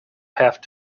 have